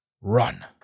Run